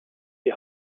die